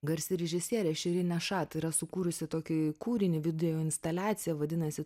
garsi režisierė šerinė šat yra sukūrusi tokį kūrinį video instaliaciją vadinasi